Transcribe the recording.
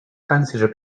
consider